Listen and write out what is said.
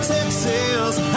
Texas